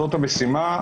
זאת המשימה.